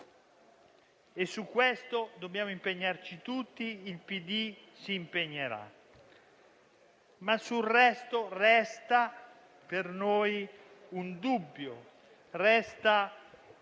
Su questo dobbiamo impegnarci tutti e il PD si impegnerà, ma sul resto rimane per noi un dubbio